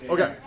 Okay